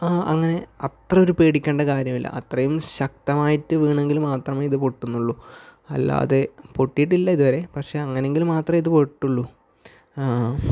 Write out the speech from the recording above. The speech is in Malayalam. ആ അങ്ങനെ അത്ര ഒരു പേടിക്കേണ്ട കാര്യം ഇല്ല അത്രയും ശക്തമായിട്ട് വീണെങ്കിൽ മാത്രമേ ഇത് പൊട്ടുന്നുള്ളൂ അല്ലാതെ പൊട്ടിയിട്ടില്ല ഇതുവരെ പക്ഷേ അങ്ങനെയെങ്കിൽ മാത്രമേ ഇത് പൊട്ടുകയുള്ളൂ